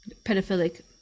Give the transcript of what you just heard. pedophilic